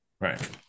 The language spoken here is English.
Right